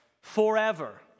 forever